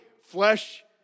flesh